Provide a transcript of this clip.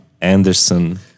Anderson